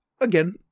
again